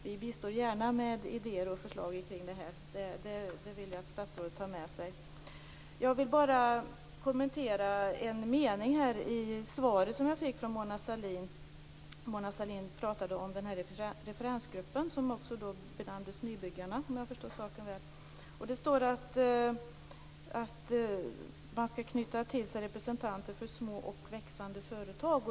Vi bistår gärna med idéer och förslag i sammanhanget. Det vill jag att statsrådet tar med sig. Jag vill kommentera en mening i det svar jag fick från Mona Sahlin. Hon talar om en referensgrupp som skulle knyta till sig representanter för små och växande företag.